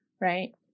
right